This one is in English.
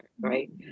right